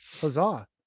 huzzah